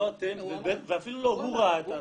לא אתם, ואפילו לא הוא ראה את ההצגות.